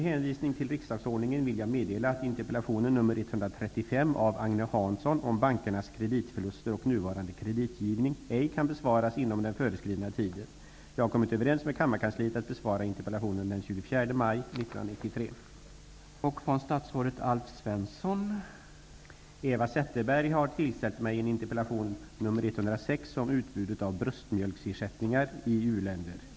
Hansson om bankernas kreditförluster och nuvarande kreditgivning på grund av arbetsbelastning ej kan besvaras inom den föreskrivna tiden. Jag har kommit överens med kammarkansliet att besvara interpellationen den 24 Eva Zetterberg har tillställt mig en interpellation nr 106 om utbudet av bröstmjöksersättningar i uländer.